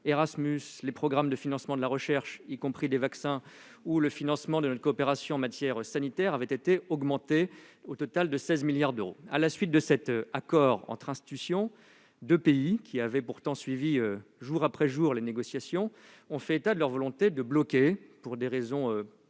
Erasmus, les programmes de financement de la recherche- y compris des vaccins -, ou le financement de notre coopération en matière sanitaire, avaient vu leurs crédits augmenter, pour un total de 16 milliards d'euros. À la suite de cet accord entre institutions, deux pays ayant pourtant suivi jour après jour les négociations ont fait état de leur volonté de bloquer l'ensemble de